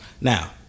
Now